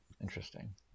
Interesting